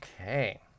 Okay